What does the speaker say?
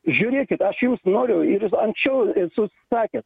žiūrėkit aš jums noriu ir anksčiau esu sakęs